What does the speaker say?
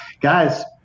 guys